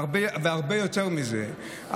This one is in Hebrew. והרבה יותר מזה,